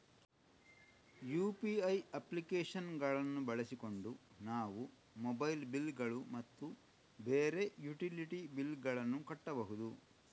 UPI application ಗಳನ್ನು ಬಳಸಿಕೊಂಡು ನಾವು ಮೊಬೈಲ್ ಬಿಲ್ ಗಳು ಮತ್ತು ಬೇರೆ ಯುಟಿಲಿಟಿ ಬಿಲ್ ಗಳನ್ನು ಕಟ್ಟಬಹುದು